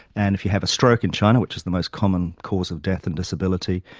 and if you have a stroke in china, which is the most common cause of death and disability,